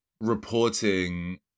reporting